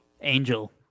Angel